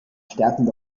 stärkung